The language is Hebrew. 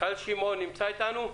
טל שמעון נמצא איתנו?